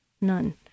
None